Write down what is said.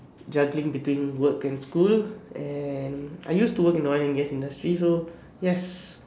juggling between work and school and I used to work in the oil and gas industry so yes